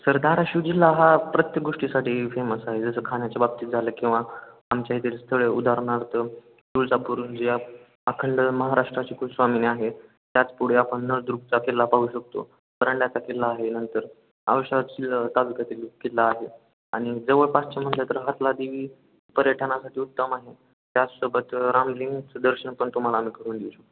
sir Dharashiv जिल्हा हा प्रत्येक गोष्टीसाठी फेमस आहे जसं खााण्याच्या बाबतीत झालं किंवा आमच्या येथील स्थळे उदाहरणार्थ तुळजापूर जे अखंड महाराष्ट्राची कुलस्वामीनी आहे त्याच पुढे आपण नळदुर्गचा किल्ला पाहू शकतो परांड्याचा किल्ला आहे नंतर औषादशी तालुक्यातील किल्ला आहे आणि जवळपसचं म्हटलं तर हातलादेवी पर्यटनासाठी उत्तम आहे त्यासोबत रामलिंगचं दर्शन पण तुम्हाला आम्ही करून देऊ शकतो